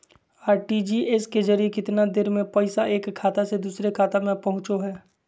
RTGS के जरिए कितना देर में पैसा एक खाता से दुसर खाता में पहुचो है?